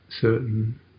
certain